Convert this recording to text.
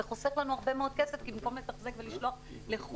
זה חוסך לנו הרבה מאוד כסף כי במקום לתחזק ולשלוח לחו"ל